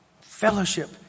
Fellowship